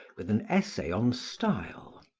with an essay on style,